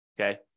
okay